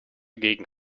gegen